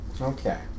okay